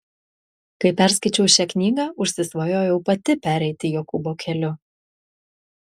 kai perskaičiau šią knygą užsisvajojau pati pereiti jokūbo keliu